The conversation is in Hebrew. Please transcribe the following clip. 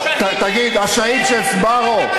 השהיד של "סבארו" שהידים,